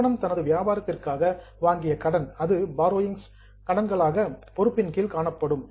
நிறுவனம் தனது வியாபாரத்திற்காக வாங்கிய கடன் இது பாரோயிங்ஸ் கடன்களாக லியாபிலிடீஸ் பொறுப்புகள் கீழ் காணப்படும்